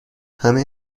همه